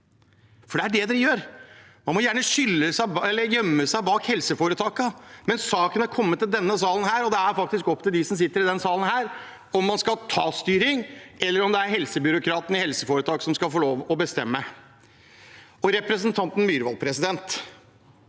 ned. Det er det man gjør. Man må gjerne gjemme seg bak helseforetakene, men saken er kommet til denne salen, og det er faktisk opp til dem som sitter her, om man skal ta styring eller om det er helsebyråkratene i helseforetak som skal få lov til å bestemme. Representanten Myrvold sier